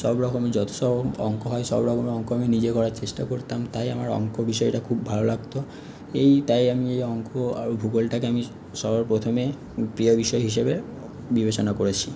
সব রকম যত সব অঙ্ক হয় সব রকমের অঙ্ক আমি নিজে করার চেষ্টা করতাম তাই আমার অঙ্ক বিষয়টা খুব ভালো লাগতো এই তাই আমি এই অঙ্ক আর ভূগোলটাকে আমি সবার প্রথমে প্রিয় বিষয় হিসেবে বিবেচনা করেছি